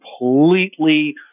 completely